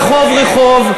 רחוב-רחוב,